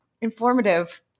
informative